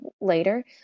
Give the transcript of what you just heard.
later